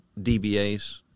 DBAs